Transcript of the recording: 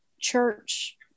church